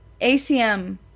acm